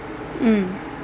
mm